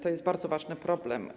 To jest bardzo ważny problem.